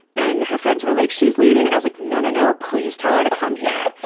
and her friends were like, she's leaving! and i was like, no, no, no, please tell her to come here.